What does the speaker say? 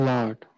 Lord